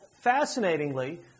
fascinatingly